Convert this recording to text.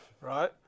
right